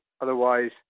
Otherwise